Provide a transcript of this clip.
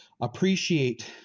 Appreciate